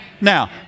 Now